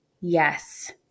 yes